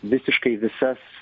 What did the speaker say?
visiškai visas